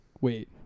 wait